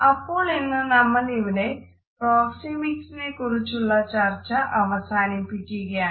അപ്പോളിന്ന് നമ്മളിവിടെ പ്രോക്സെമിക്സിനെപ്പറ്റിയുള്ള ചർച്ച അവസാനിപ്പിക്കുകയാണ്